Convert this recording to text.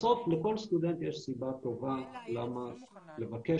בסוף לכל סטודנט יש סיבה טובה למה לבקש